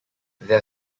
their